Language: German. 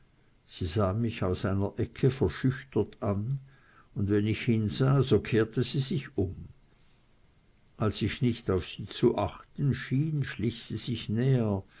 sie sah mich aus einer ecke verschüchtert an und wenn ich hinsah so kehrte sie sich um als ich nicht auf sie zu achten schien schlich sie sich näher